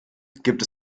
gibt